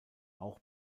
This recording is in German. auch